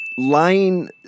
Lying